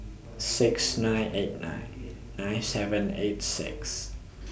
six nine eight nine nine seven eight six